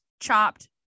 chopped